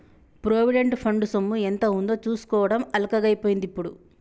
provident fund సొమ్ము ఎంత ఉందో చూసుకోవడం అల్కగై పోయిందిప్పుడు